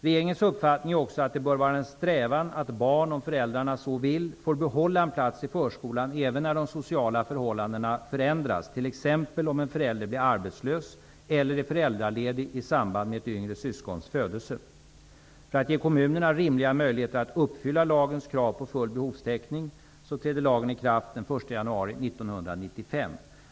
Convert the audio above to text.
Regeringens uppfattning är också att det bör vara en strävan att barn, om föräldrarna så vill, får behålla en plats i förskolan även när de sociala förhållandena förändras, t.ex. om en förälder blir arbetslös eller är föräldraledig i samband med att ytterligare ett barn föds. För att ge kommunerna rimliga möjligheter att uppfylla lagens krav på full behovstäckning träder lagen i kraft den 1 januari 1995.